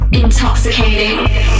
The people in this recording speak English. Intoxicating